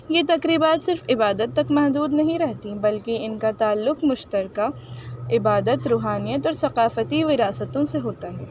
یہ تقریبات صرف عبادت تک محدود نہیں رہتی بلکہ ان کا تعلق مشترکہ عبادت روحانیت اور ثقافتی وراثتوں سے ہوتا ہے